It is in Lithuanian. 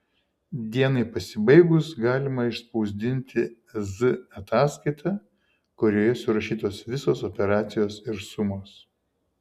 dienai pasibaigus galima išspausdinti z ataskaitą kurioje surašytos visos operacijos ir sumos